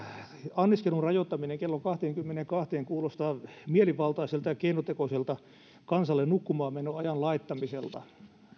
anniskelun rajoittaminen kello kahteenkymmeneenkahteen kuulostaa mielivaltaiselta ja keinotekoiselta kansalle nukkumaanmenoajan laittamiselta